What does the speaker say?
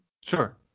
sure